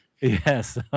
Yes